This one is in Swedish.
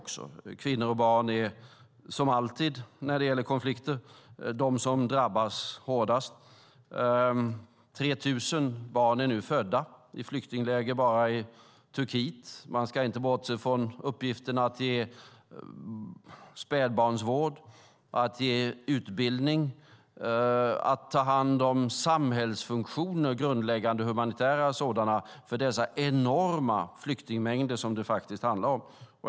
Kvinnor och barn är som alltid de som drabbas hårdast i konflikterna. Det är nu 3 000 barn som är födda i flyktingläger enbart i Turkiet. Man ska inte bortse från uppgifterna att ge spädbarnsvård, utbildning och ta hand om grundläggande humanitära samhällsfunktioner för dessa enorma flyktingmängder som det handlar om.